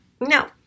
No